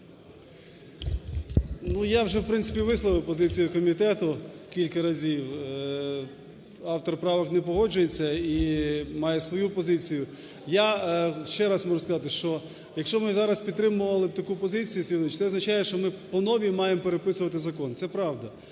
я вже в принципі висловив позицію комітету кілька разів, автор правок не погоджується і має свою позицію. Я ще раз можу сказати, що, якщо ми зараз підтримували б таку позицію Сергій Володимирович, це означає, що ми по новій маємо переписувати закон, це правда.